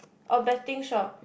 oh betting shop